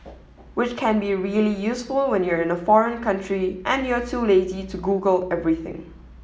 which can be really useful when you're in a foreign country and you're too lazy to Google everything